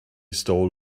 stole